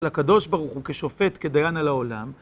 הקדוש ברוך הוא כשופט, כדיין על העולם.